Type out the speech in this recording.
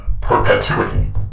perpetuity